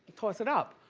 toss it up.